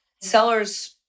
Sellers